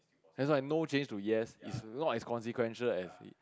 that's why no change to yes is not as consequential as